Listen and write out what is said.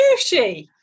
sushi